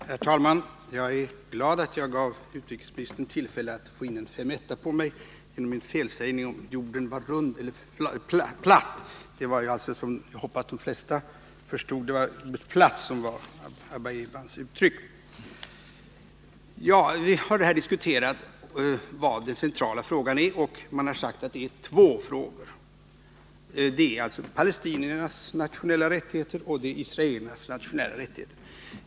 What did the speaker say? Herr talman! Jag är glad att jag gav utrikesministern tillfälle att få in en Måndagen den femetta på mig genom min felsägning när det gällde att jorden var rund eller 19 november 1979 platt. Det var alltså, som jag hoppas de flesta förstod, ”platt” som var Abba Ebans uttryck. Vi har här diskuterat vad som är det centrala, och man har sagt att det är två frågor. Det är alltså palestiniernas nationella rättigheter och det är israelernas nationella rättigheter.